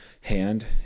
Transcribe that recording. hand